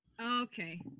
Okay